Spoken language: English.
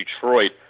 Detroit